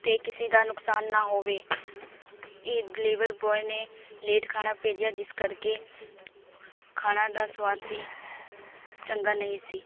ਅਤੇ ਕਿਸੀ ਦਾ ਨੁਕਸਾਨ ਨਾ ਹੋਵੇ ਇਹ ਡਲੇਵਰ ਬੋਆਏ ਨੇ ਲੇਟ ਖਾਣਾ ਭੇਜਿਆ ਜਿਸ ਕਰਕੇ ਖਾਣਾ ਦਾ ਸਵਾਦ ਵੀ ਚੰਗਾ ਨਹੀਂ ਸੀ